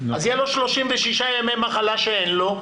אז יהיו לו 36 ימי מחלה שאין לו,